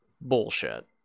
bullshit